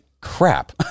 crap